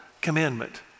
commandment